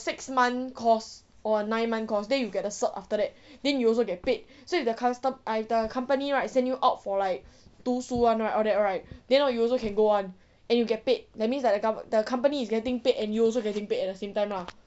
six month course or nine month course then you get the cert after that then you also get paid so if the custom~ the company right send you out for like 读书 [one] right like that right then hor you also can go [one] and you get paid that means that the company is getting paid and you also getting paid at the same time lah